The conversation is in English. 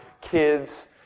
kids